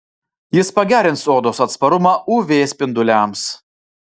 jis pagerins odos atsparumą uv spinduliams